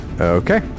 Okay